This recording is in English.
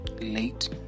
late